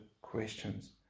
questions